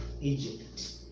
Egypt